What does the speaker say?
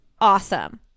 awesome